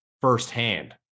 firsthand